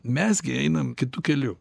mes gi einam kitu keliu